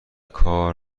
کار